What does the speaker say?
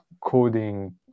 coding